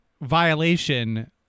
violation